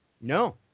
No